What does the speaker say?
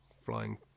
flying